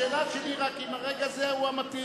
השאלה שלי היא רק אם הרגע הזה הוא המתאים.